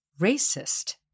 racist